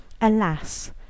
alas